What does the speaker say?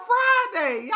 Friday